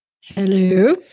hello